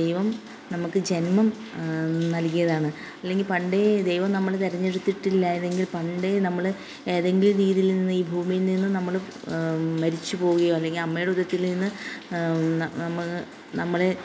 ദൈവം നമുക്ക് ജന്മം നൽകിയതാണ് അല്ലെങ്കിൽ പണ്ടേ ദൈവം നമ്മൾ തെരെഞ്ഞെടുത്തിട്ടില്ലായിരുന്നെങ്കിൽ പണ്ടേ നമ്മൾ ഏതെങ്കിലും രീതിയിൽ നിന്ന് ഈ ഭൂമിയിൽ നിന്നും നമ്മൾ മരിച്ച് പോവുകയോ അല്ലെങ്കിൽ അമ്മയുടെ ഉദരത്തിൽ നിന്ന് നമ്മൾ നമ്മളെ